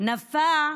נפאע